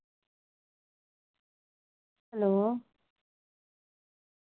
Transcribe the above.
hello